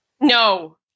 No